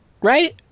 Right